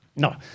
No